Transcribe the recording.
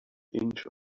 inch